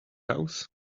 house